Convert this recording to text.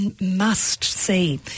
must-see